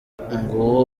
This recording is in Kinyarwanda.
nguwo